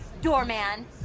doorman